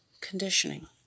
conditioning